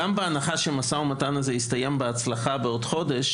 גם בהנחה שהמשא ומתן הזה ייגמר בהצלחה תוך חודש